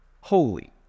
holy